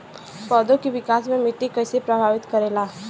पौधा के विकास मे मिट्टी कइसे प्रभावित करेला?